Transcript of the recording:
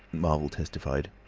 marvel testified.